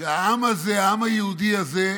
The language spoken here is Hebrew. שבהן העם הזה, העם היהודי הזה,